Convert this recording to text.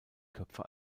köpfe